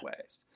ways